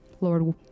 Lord